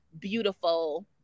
beautiful